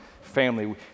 family